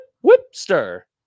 Whipster